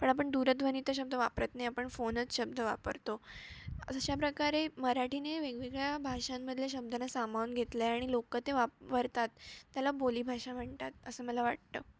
पण आपण दूरध्वनी तर शब्द वापरत नाही आपण फोनच शब्द वापरतो अशा प्रकारे मराठीने वेगवेगळ्या भाषांमधल्या शब्दांला सामावून घेतलं आहे आणि लोक ते वापरतात त्याला बोलीभाषा म्हणतात असं मला वाटतं